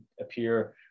appear